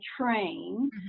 train